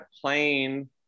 playing